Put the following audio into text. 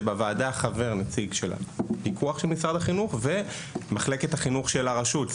שבוועדה יש חבר נציג פיקוח של משרד החינוך ומחלקת החינוך של הרשות.